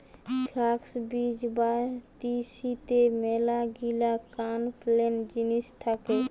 flux বীজ বা তিসিতে মেলাগিলা কান পেলেন জিনিস থাকে